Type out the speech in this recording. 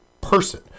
person